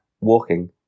Walking